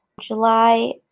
july